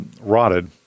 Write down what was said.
rotted